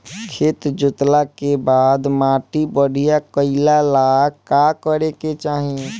खेत जोतला के बाद माटी बढ़िया कइला ला का करे के चाही?